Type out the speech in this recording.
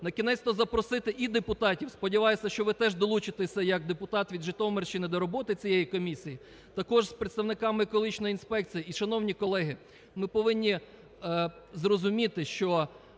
накінець-то запросити і депутатів, сподіваюсь, що ви теж долучитесь як депутат від Житомирщини до роботи цієї комісії, також з представниками екологічної інспекції. І, шановні колеги, ми повинні зрозуміти, що